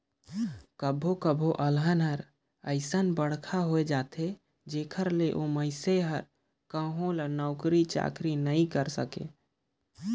कभो कभो अलहन हर अइसन बड़खा होए जाथे जेखर ले ओ मइनसे हर कहो ल नउकरी चाकरी नइ करे सके